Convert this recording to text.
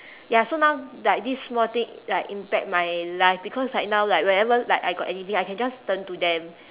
ya so now like this small thing like impact my life because like now like whenever like I got anything I can just turn to them